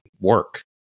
work